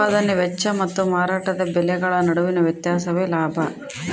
ಉತ್ಪದಾನೆ ವೆಚ್ಚ ಮತ್ತು ಮಾರಾಟದ ಬೆಲೆಗಳ ನಡುವಿನ ವ್ಯತ್ಯಾಸವೇ ಲಾಭ